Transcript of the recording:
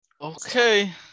Okay